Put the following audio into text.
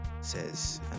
says